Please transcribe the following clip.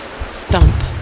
Thump